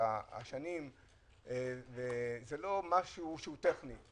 השנים זה משהו של מהות, לא משהו טכני.